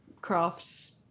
crafts